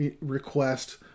request